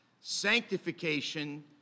Sanctification